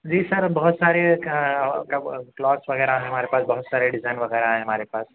جی sir بہت سارے clothes وغیرہ ہمارے پاس بہت سارے ڈیزائن وغیرہ ہیں ہمارے پاس